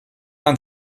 man